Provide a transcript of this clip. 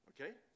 Okay